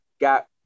got